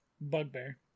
Bugbear